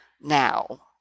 now